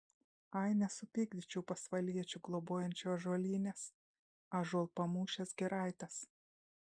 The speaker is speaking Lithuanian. ai nesupykdyčiau pasvaliečių globojančių ąžuolynės ąžuolpamūšės giraitės